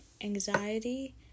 anxiety